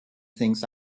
things